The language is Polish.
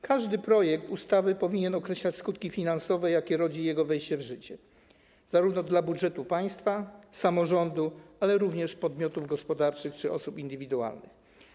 Każdy projekt ustawy powinien określać skutki finansowe, jakie rodzi wejście w życie ustawy zarówno dla budżetu państwa, samorządów, jak i dla podmiotów gospodarczych czy osób indywidualnych.